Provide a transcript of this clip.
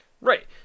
Right